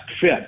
fit